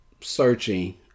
searching